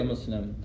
Muslim